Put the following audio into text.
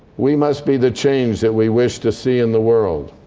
we must be the change that we wish to see in the world.